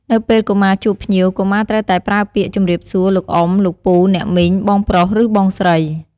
នៅពេលកុមារជួបភ្ញៀវ កុមារត្រូវតែប្រើពាក្យ ជម្រាបសួរ លោកអ៊ុំ លោកពូ អ្នកមីង បងប្រុសឬបងស្រី។